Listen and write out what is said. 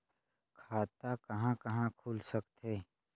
खाता कहा कहा खुल सकथे?